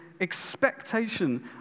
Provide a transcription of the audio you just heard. expectation